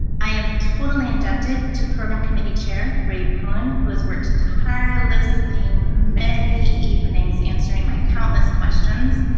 i am totally indebted to program committee chair ray pun, who has worked tirelessly, many evenings answering my countless questions,